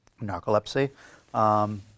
narcolepsy